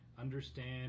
understand